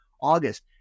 August